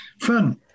Fun